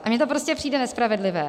Mně to prostě přijde nespravedlivé.